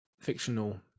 fictional